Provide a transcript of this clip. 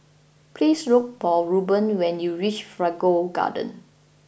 please look for Ruben when you reach Figaro Gardens